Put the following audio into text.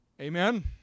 Amen